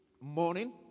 morning